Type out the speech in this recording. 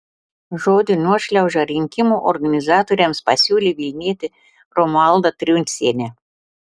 žodį nuošliauža rinkimų organizatoriams pasiūlė vilnietė romualda truncienė